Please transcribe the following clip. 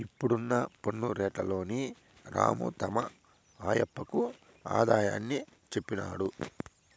ఇప్పుడున్న పన్ను రేట్లలోని రాము తమ ఆయప్పకు ఆదాయాన్ని చెప్పినాడు